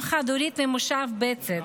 אם חד-הורית ממושב בצת.